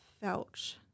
felt